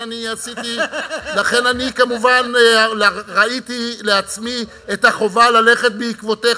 ולכן אני כמובן ראיתי לעצמי את החובה ללכת בעקבותיך,